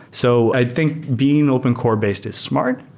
so i think being open core based is smart,